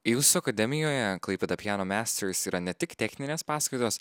jūsų akademijoje klaipėda piano masters yra ne tik techninės paskaitos